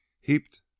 heaped